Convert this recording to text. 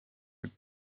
võib